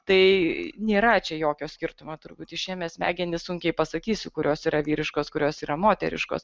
tai nėra čia jokio skirtumo turbūt išėmę smegenis sunkiai pasakysi kurios yra vyriškos kurios yra moteriškos